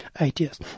ideas